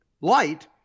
light